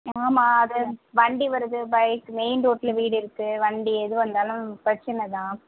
ஆமாம் அது வண்டி வருது பைக் மெயின் ரோட்டில் வீடு இருக்குது வண்டி எது வந்தாலும் பிரச்சின தான்